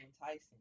enticing